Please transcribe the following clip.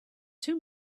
two